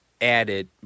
added